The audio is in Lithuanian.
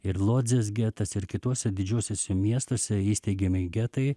ir lodzės getas ir kituose didžiuosiuose miestuose įsteigiami getai